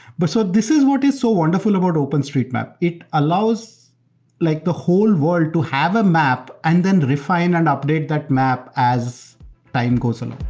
but so this is what is so wonderful about openstreetmap. it allows like the whole world to have a map and then refine and update that map as time goes along.